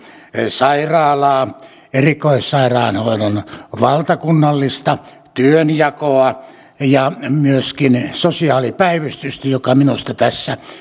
sairaalaa erikoissairaanhoidon valtakunnallista työnjakoa ja myöskin sosiaalipäivystystä joka minusta tässä